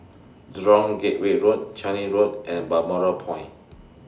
Jurong Gateway Road Changi Road and Balmoral Point